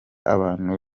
abantu